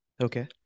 Okay